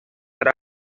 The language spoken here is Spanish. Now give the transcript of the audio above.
tras